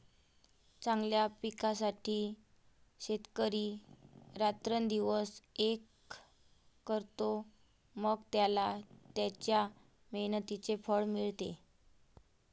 चांगल्या पिकासाठी शेतकरी रात्रंदिवस एक करतो, मग त्याला त्याच्या मेहनतीचे फळ मिळते